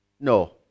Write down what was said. no